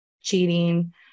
cheating